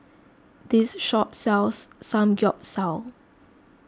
this shop sells Samgyeopsal